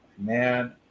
man